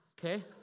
okay